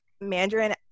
Mandarin